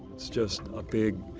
it's just a big,